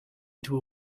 into